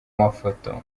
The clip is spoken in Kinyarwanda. mafoto